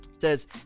says